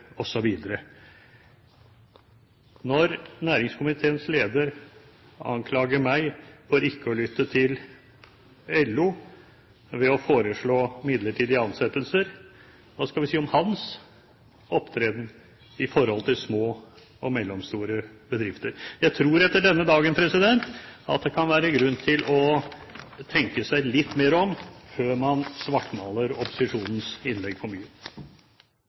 osv. Når næringskomiteens leder anklager meg for ikke å lytte til LO ved å foreslå midlertidige ansettelser, hva skal vi si om hans opptreden med hensyn til små og mellomstore bedrifter? Jeg tror at det etter denne dagen kan være grunn til å tenke seg litt mer om før man svartmaler opposisjonens innlegg for mye.